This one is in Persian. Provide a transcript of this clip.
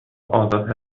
آزاد